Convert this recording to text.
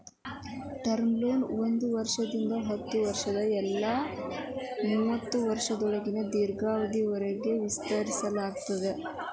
term loan ಒಂದ್ ವರ್ಷದಿಂದ ಹತ್ತ ಇಲ್ಲಾ ಮೂವತ್ತ ವರ್ಷಗಳ ದೇರ್ಘಾವಧಿಯವರಿಗಿ ವಿಸ್ತರಿಸಲಾಗ್ತದ